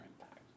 impact